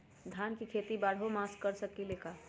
धान के खेती बारहों मास कर सकीले का?